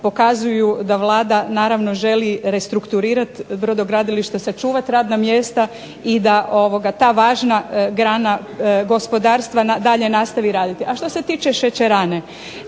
pokazuju da Vlada želi restrukturirati brodogradilište, sačuvati radna mjesta i da ta važna grana gospodarstva dalje nastaviti raditi. A što se tiče šećerane.